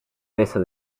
resa